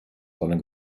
seiner